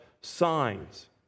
signs